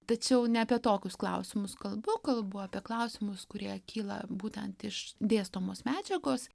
tačiau ne apie tokius klausimus kalbu kalbu apie klausimus kurie kyla būtent iš dėstomos medžiagos